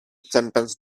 sentence